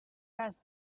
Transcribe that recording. cas